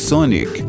Sonic